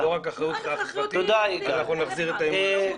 ביחד נחזיר את אמון הציבור.